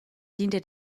diente